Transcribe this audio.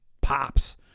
pops